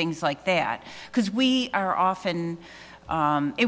things like that because we are often